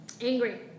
angry